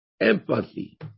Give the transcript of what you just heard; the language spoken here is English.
Empathy